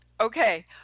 okay